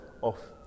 off